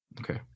okay